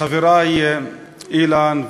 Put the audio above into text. חברי אילן,